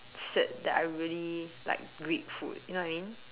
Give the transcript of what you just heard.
said that I really like Greek food you know what I mean